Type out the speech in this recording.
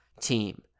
team